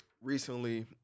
Recently